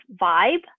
vibe